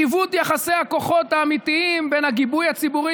עיוות יחסי הכוחות האמיתיים בין הגיבוי הציבורי